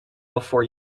before